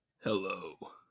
hello